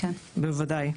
בוודאי.